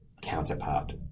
counterpart